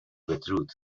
بدرود